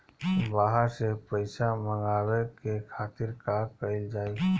बाहर से पइसा मंगावे के खातिर का कइल जाइ?